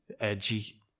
Edgy